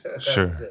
Sure